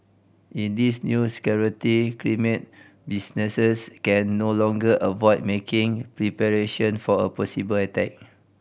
in this new security climate businesses can no longer avoid making preparation for a possible attack